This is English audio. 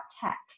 tech